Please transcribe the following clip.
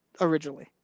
originally